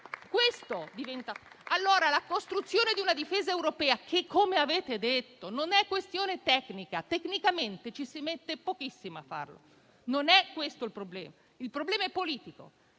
La costruzione di una difesa europea, come avete detto non è questione tecnica: tecnicamente ci si mette pochissimo a farla, non è questo il problema; il problema è politico